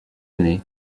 année